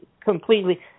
completely